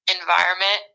environment